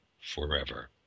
forever